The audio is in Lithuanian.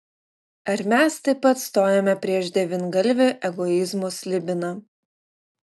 ar mes taip pat stojome prieš devyngalvį egoizmo slibiną